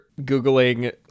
Googling